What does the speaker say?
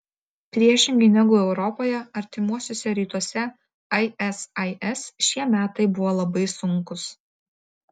priešingai negu europoje artimuosiuose rytuose isis šie metai buvo labai sunkūs